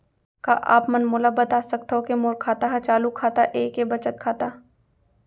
का आप मन मोला बता सकथव के मोर खाता ह चालू खाता ये के बचत खाता?